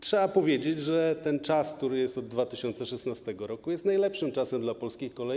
Trzeba powiedzieć, że ten czas, który jest od 2016 r., jest najlepszym czasem dla polskich kolei.